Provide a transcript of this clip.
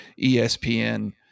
ESPN